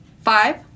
Five